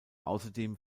außerdem